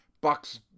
bucks